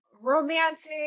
romantic